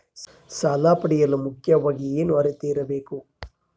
ಸಾಲ ಪಡೆಯಲು ಮುಖ್ಯವಾಗಿ ಏನು ಅರ್ಹತೆ ಇರಬೇಕು?